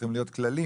צריכים להיות כללים,